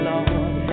Lord